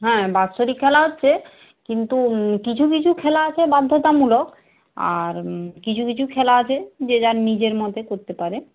হ্যাঁ বাৎসরিক খেলা হচ্ছে কিন্তু কিছু কিছু খেলা আছে বাধ্যতামূলক আর কিছু কিছু খেলা আছে যে যার নিজের মতে করতে পারে